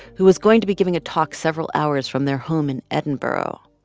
who was going to be giving a talk several hours from their home in edinburgh.